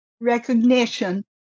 recognition